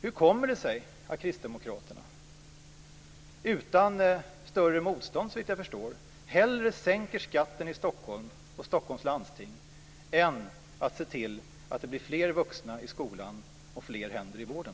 Hur kommer det sig att kristdemokraterna, såvitt jag förstår utan större motstånd, hellre vill sänka skatten i Stockholm och i Stockholms läns landsting än se till att det blir fler vuxna i skolan och fler händer i vården?